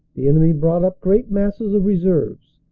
the enemy brought up great masses of reserves!